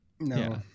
No